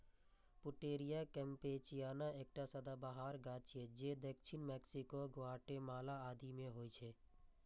Pouteria campechiana एकटा सदाबहार गाछ छियै जे दक्षिण मैक्सिको, ग्वाटेमाला आदि मे होइ छै